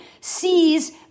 sees